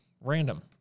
random